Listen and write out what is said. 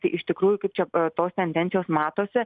tai iš tikrųjų kaip čia tos tendencijos matosi